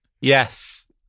Yes